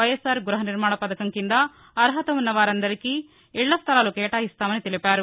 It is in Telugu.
వైఎస్సాఆర్ గృహ నిర్మాణ పథకం కింద అర్హత ఉన్న వారందరికీ ఇళ్ల స్థలాలు కేటాయిస్తామని తెలిపారు